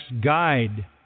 guide